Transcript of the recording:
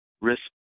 risk